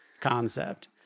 concept